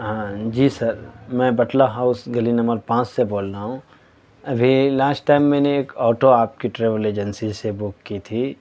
ہاں جی سر میں باٹلہ ہاؤس گلی نمبر پانچ سے بول رہا ہوں ابھی لاسٹ ٹائم میں نے ایک اوٹو آپ کی ٹریول ایجنسی سے بک کی تھی